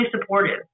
supportive